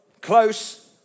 close